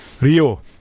Rio